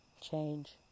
change